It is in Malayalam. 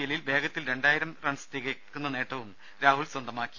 എല്ലിൽ വേഗത്തിൽ രണ്ടായിരം റൺസ് തികയ്ക്കുന്ന നേട്ടവും രാഹുൽ സ്വന്തമാക്കി